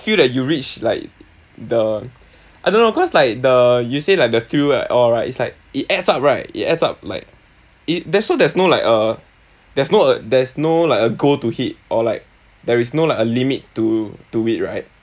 feel that you reached like the I don't know cause like the you say like the feel all right it's like it adds up right it adds up like it there's so there's no like uh there's no a there's no like a goal to hit or like there is no like a limit to do it right